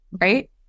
Right